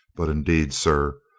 but, indeed, sir,